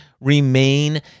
remain